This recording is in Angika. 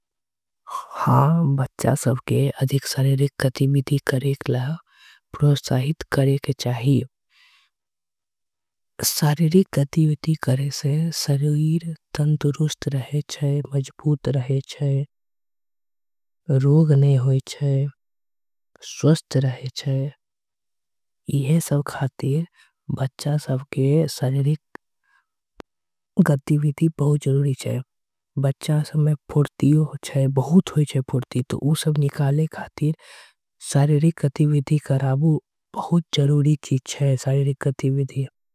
हाँ बच्चा सबके अधिक सरेरिक गतिविती करेकला। प्रोशाहित करेके चाहिए सरेरिक गतिविती करे से। सर्वीर तन्तुरूस्त रहेच्छै मजबूत रहेच्छै रोग नहीं होईच्छै। स्वस्त रहेच्छै इहे सब खाते बच्चा सबके सरेरिक गतिविती। बहुत जरूरी चाहिए बच्चा सबके फुर्तियों चाहिए बहुत। होईच्छै फुर्तियों तो उस सब निकाले खाते सरेरिक गतिविती। कराभू बहुत जरूरी चीच चाहिए सरेरिक गतिविती।